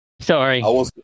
sorry